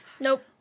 Nope